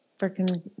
freaking